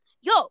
yo